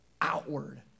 outward